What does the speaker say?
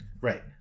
Right